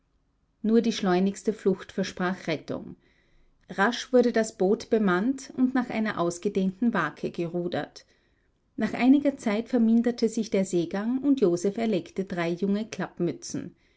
nur die schleunigste flucht versprach rettung rasch wurde das boot bemannt und nach einer ausgedehnten wake gerudert nach einiger zeit verminderte sich der seegang und joseph erlegte drei junge